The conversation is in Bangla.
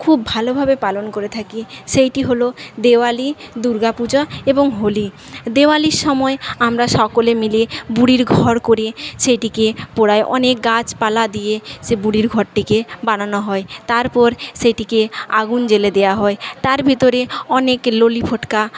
খুব ভালোভাবে পালন করে থাকি সেইটি হল দেওয়ালি দুর্গা পূজা এবং হোলি দেওয়ালির সময় আমরা সকলে মিলে বুড়ির ঘর করি সেইটিকে পোড়াই অনেক গাছপালা দিয়ে সে বুড়ির ঘরটিকে বানানো হয় তারপর সেটিকে আগুন জ্বেলে দেওয়া হয় তার ভেতরে অনেক লোলি ফোটকা